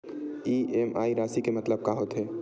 EMI राशि के मतलब का होथे?